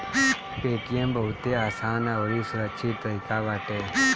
Paytm बहुते आसान अउरी सुरक्षित तरीका बाटे